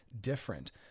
different